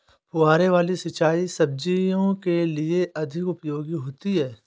फुहारे वाली सिंचाई सब्जियों के लिए अधिक उपयोगी होती है?